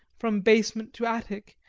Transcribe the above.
from basement to attic,